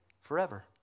forever